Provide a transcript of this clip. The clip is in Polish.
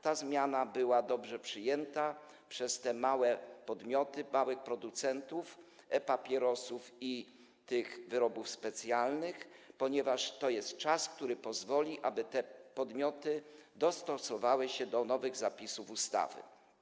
Ta zmiana była dobrze przyjęta przez małe podmioty, małych producentów e-papierosów i wyrobów specjalnych, ponieważ jest to czas, który jest potrzebny na to, aby te podmioty dostosowały się do nowych zapisów ustawy.